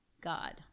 God